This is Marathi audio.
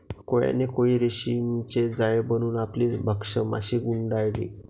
कोळ्याने कोळी रेशीमचे जाळे बनवून आपली भक्ष्य माशी गुंडाळली